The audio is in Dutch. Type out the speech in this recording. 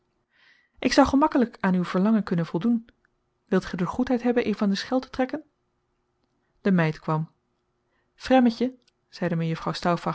ik zoû gemakkelijk aan uw verlangen kunnen voldoen wilt gij de goedheid hebben even aan de schel te trekken de meid kwam fremmetje zeide mejuffrouw